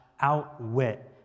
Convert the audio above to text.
outwit